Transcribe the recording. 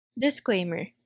Disclaimer